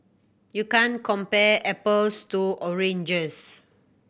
you can't compare apples to oranges